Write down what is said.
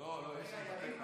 לא, לא, יש לי עוד סעיף,